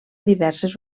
diverses